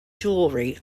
jewellery